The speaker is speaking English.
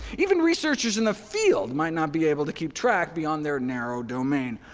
even researchers in the field might not be able to keep track beyond their narrow domain.